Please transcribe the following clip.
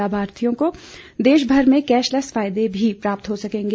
लाभार्थियों को देश भर में कैशलैस फायदे भी प्राप्त हो सकेंगे